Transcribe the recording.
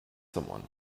someone